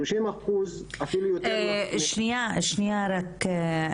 שלושים אחוז, אפילו יותר- -- שנייה רק,